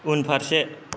उनफारसे